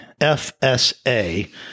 FSA